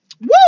Woo